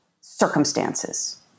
circumstances